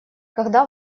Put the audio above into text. когда